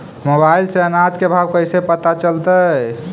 Mobile से अनाज के भाव कैसे पता चलतै?